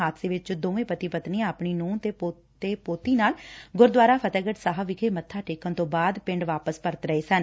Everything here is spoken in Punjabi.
ਹਾਦਸੇ ਵਿਚ ਦੋਨੋਂ ਪਤੀ ਪਤਨੀ ਆਪਣੀ ਨ੍ਰੰਹ ਤੇ ਪੋਤੇ ਪੋਤੀ ਨਾਲ ਗੁਰਦੁਆਰਾ ਫ਼ਤਹਿਗੜ੍ਹ ਸਾਹਿਬ ਵਿਖੇ ਮੱਥਾ ਟੇਕਣ ਤੋਂ ਬਾਅਦ ਪਿੰਡ ਵਾਪਸ ਪਰਤ ਰਹੇ ਸਨ